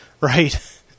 right